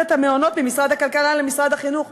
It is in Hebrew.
את המעונות ממשרד הכלכלה למשרד החינוך.